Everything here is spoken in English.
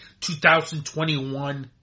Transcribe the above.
2021